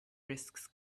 risks